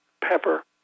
pepper